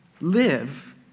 live